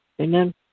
Amen